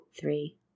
three